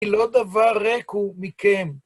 היא לא דבר ריקור מכם.